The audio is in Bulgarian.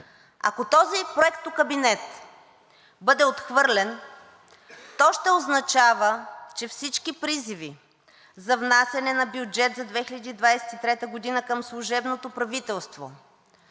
Ако този проектокабинет бъде отхвърлен, то ще означава, че всички призиви за внасяне на бюджет за 2023 г. към служебното правителство,